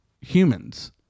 humans